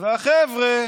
והחבר'ה